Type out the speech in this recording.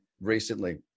recently